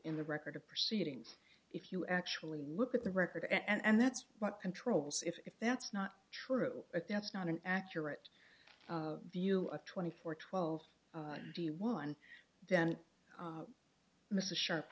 in the record of proceedings if you actually look at the record and that's what controls if that's not true if that's not an accurate view of twenty four twelve the one then mr sharp